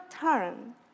turn